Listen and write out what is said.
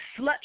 slut